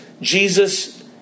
Jesus